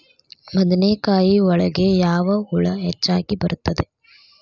ಬದನೆಕಾಯಿ ಒಳಗೆ ಯಾವ ಹುಳ ಹೆಚ್ಚಾಗಿ ಬರುತ್ತದೆ?